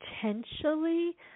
potentially